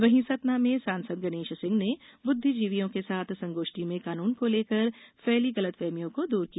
वहीं सतना में सांसद गणेश सिंह ने बुद्दीजीवियों के साथ संगोष्ठी में कानून को लेकर फैली गलतफहमियों को दूर किया